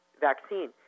vaccine